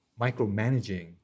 micromanaging